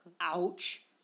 Ouch